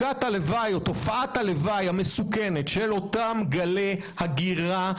תופעת הלוואי המסוכנת של אותם גלי הגירה,